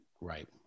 Right